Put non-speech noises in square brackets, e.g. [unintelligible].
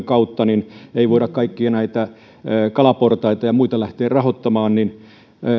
[unintelligible] kautta ei voida kaikkia näitä kalaportaita ja muita lähteä rahoittamaan